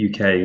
UK